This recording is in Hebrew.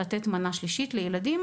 לתת מנה שלישית לילדים,